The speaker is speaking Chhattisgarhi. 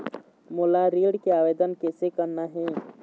मोला ऋण के आवेदन कैसे करना हे?